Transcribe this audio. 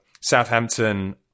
Southampton